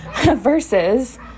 Versus